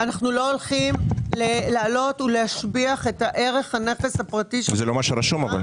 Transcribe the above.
בסוף הגעת, זה מה שחשוב.